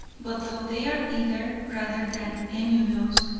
but though they are eager, rather than emulous,